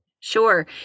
Sure